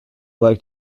like